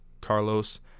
Carlos